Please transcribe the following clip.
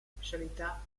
specialità